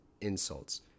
Insults